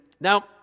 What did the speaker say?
Now